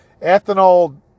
Ethanol